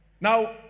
Now